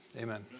Amen